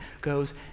goes